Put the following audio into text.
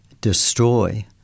destroy